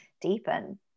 deepen